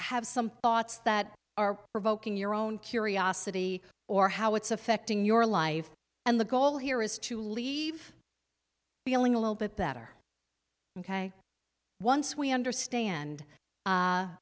have some thoughts that are provoking your own curiosity or how it's affecting your life and the goal here is to leave feeling a little bit better ok once we understand